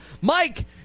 Mike –